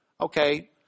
Okay